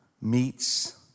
meets